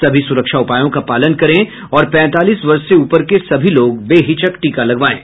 सभी सुरक्षा उपायों का पालन करें और पैंतालीस वर्ष से ऊपर के सभी लोग बेहिचक टीका लगवाएं